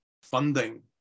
funding